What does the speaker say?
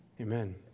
Amen